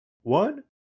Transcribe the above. one